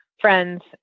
friends